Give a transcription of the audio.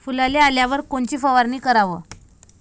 फुलाले आल्यावर कोनची फवारनी कराव?